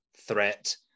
Threat